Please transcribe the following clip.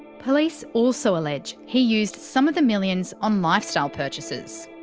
police also allege he used some of the millions on lifestyle purchases.